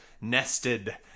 nested